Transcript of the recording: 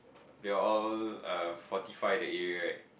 they are all uh forty five that area right